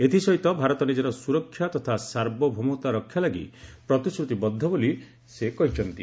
ଏଥିସହିତ ଭାରତ ନିଜର ସୁରକ୍ଷା ତଥା ସାର୍ବଭୌମତା ରକ୍ଷା ଲାଗି ପ୍ରତିଶ୍ରତିବଦ୍ଧ ବୋଲି ସେ କହିଚ୍ଛନ୍ତି